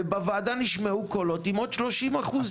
ובוועדה נשמעו קולות עם עוד 30 אחוז".